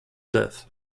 death